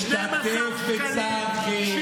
אני דיברתי על המורות החרדיות?